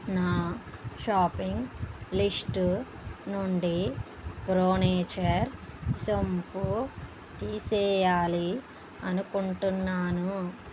నా shopping list నుండి pro nature సోంపు తీసేయాలి అనుకుంటున్నాను